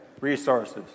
resources